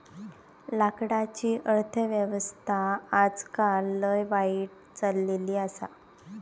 लाकडाची अर्थ व्यवस्था आजकाल लय वाईट चलली आसा